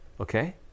Okay